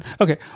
Okay